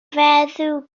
feddw